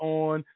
on